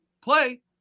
play